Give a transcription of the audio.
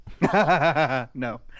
no